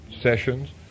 sessions